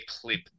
clip